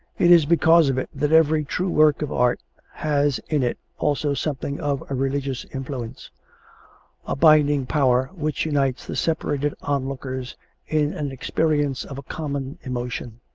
it is because of it that every true work of art has in it also something of a religious influence a binding power which unites the separated onlookers in an experience of a common emotion.